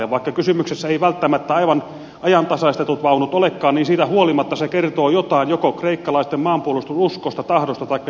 vaikka kysymyksessä eivät välttämättä aivan ajantasaistetut vaunut olekaan niin siitä huolimatta se kertoo jotain joko kreikkalaisten maanpuolustususkosta tahdosta taikka jostakin muusta